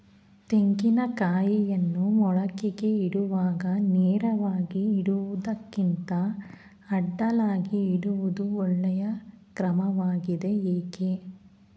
ತೆಂಗಿನ ಕಾಯಿಯನ್ನು ಮೊಳಕೆಗೆ ಇಡುವಾಗ ನೇರವಾಗಿ ಇಡುವುದಕ್ಕಿಂತ ಅಡ್ಡಲಾಗಿ ಇಡುವುದು ಒಳ್ಳೆಯ ಕ್ರಮವಾಗಿದೆ ಏಕೆ?